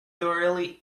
thoroughly